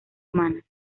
humanas